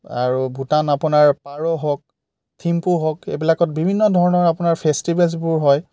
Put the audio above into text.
আৰু ভূটান আপোনাৰ পাৰ' হওক থিম্ফু হওক এইবিলাকত বিভিন্ন ধৰণৰ আপোনাৰ ফেষ্টিভেলছবোৰ হয়